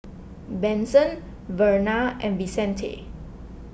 Benson Verna and Vicente